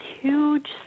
huge